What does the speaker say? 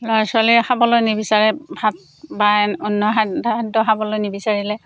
ল'ৰা ছোৱালীয়ে খাবলৈ নিবিচাৰে ভাত বা অন্য খাদ্য খাদ্য খাবলৈ নিবিচাৰিলে